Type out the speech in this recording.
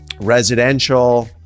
residential